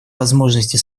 возможности